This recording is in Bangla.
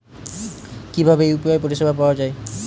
কিভাবে ইউ.পি.আই পরিসেবা পাওয়া য়ায়?